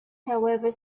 however